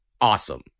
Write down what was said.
awesome